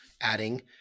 adding